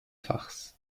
fachs